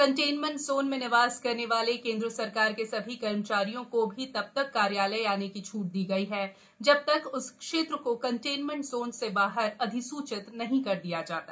containment zone में निवास करने वाले केंद्र सरकार के सभी कर्मचारियों को भी तब तक कार्यालय आने की छूट दी गई है जब तक उस क्षेत्र को कनटेनमेंट ज़ोन से बाहर अधिसूचित नहीं कर दिया जाता